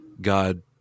God